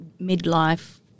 midlife